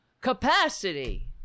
capacity